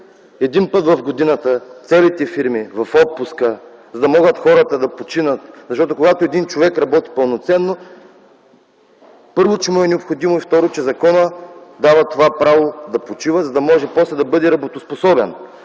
излизат в отпуска целите фирми, за да могат хората да си починат. Защото, когато един човек работи пълноценно, първо, че му е необходимо, и, второ, че законът дава това право да почива, за да може после да бъде работоспособен.